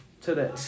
today